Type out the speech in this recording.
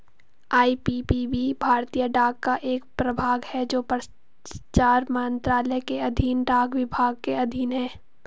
IPPB भारतीय डाक का एक प्रभाग है जो संचार मंत्रालय के अधीन डाक विभाग के अधीन है